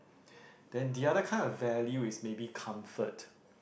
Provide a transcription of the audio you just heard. then the other kind of value is maybe comfort